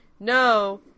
no